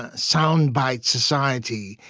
ah sound bite society.